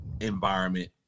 environment